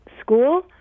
school